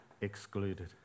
excluded